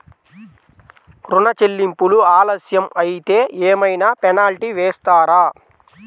ఋణ చెల్లింపులు ఆలస్యం అయితే ఏమైన పెనాల్టీ వేస్తారా?